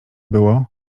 było